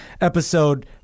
episode